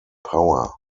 power